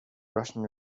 russian